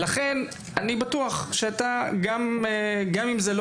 לכן, אני בטוח שגם אתה מסכים, גם אם זה לא